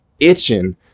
itching